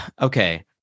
okay